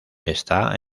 está